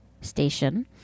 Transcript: station